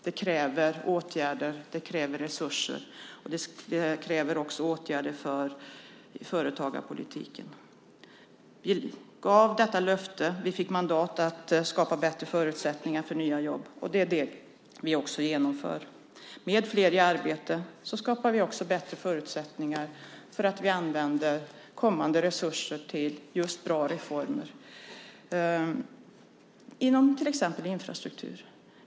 Det kräver åtgärder och resurser, och det kräver också åtgärder för företagarpolitiken. Vi gav detta löfte. Vi fick mandat att skapa bättre förutsättningar för nya jobb, och det är det vi också genomför. Med fler i arbete skapar vi också bättre förutsättningar för att använda kommande resurser till bra reformer, till exempel inom infrastruktur.